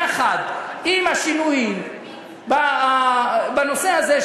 יחד עם השינויים בנושא הזה,